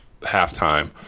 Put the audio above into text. halftime